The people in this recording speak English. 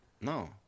No